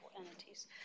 entities